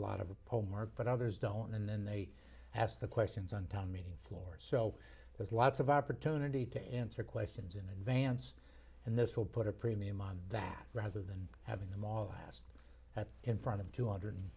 homework but others don't and then they ask the questions on town meeting floor so there's lots of opportunity to answer questions in advance and this will put a premium on that rather than having them all asked that in front of two hundred